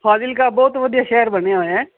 ਫਾਜ਼ਿਲਕਾ ਬਹੁਤ ਵਧੀਆ ਸ਼ਹਿਰ ਬਣਿਆ ਹੋਇਆ